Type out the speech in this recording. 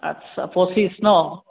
আচ্ছা পঁচিছ ন